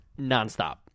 nonstop